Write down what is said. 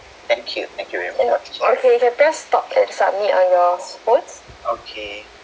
thank you thank you very much ya okay can press stop and submit on your phone okay